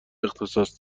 اختصاص